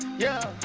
yeah,